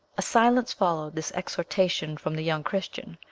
a silence followed this exhortation from the young christian.